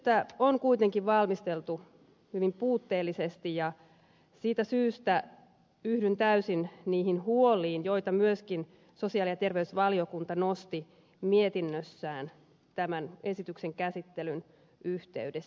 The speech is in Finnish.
esitystä on kuitenkin valmisteltu hyvin puutteellisesti ja siitä syystä yhdyn täysin niihin huoliin joita myöskin sosiaali ja terveysvaliokunta nosti mietinnössään tämän esityksen käsittelyn yhteydessä